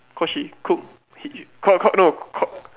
cause she cook he